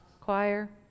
choir